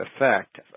effect